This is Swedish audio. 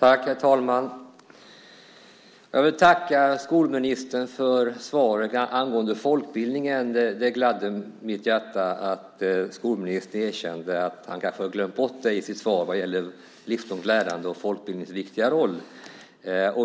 Herr talman! Jag vill tacka skolministern för svaret angående folkbildningen. Det gladde mitt hjärta att skolministern erkände att han kanske hade glömt bort i sitt svar vad gäller livslångt lärande folkbildningens viktiga roll.